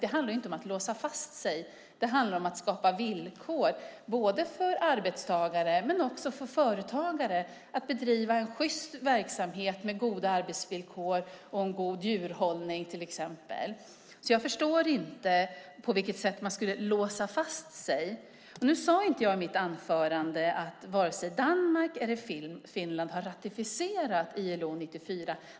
Det handlar inte om att låsa fast sig utan det handlar om att skapa villkor för både arbetstagare och företagare att bedriva en sjyst verksamhet med goda arbetsvillkor och god djurhållning. Jag förstår inte på vilket sätt man låser fast sig. Jag sade inte i mitt anförande att inte vare sig Danmark eller Finland har ratificerat ILO:s konvention 94.